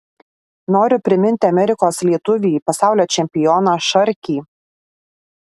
noriu priminti amerikos lietuvį pasaulio čempioną šarkį